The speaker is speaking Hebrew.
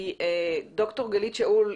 כי ד"ר גלית שאול,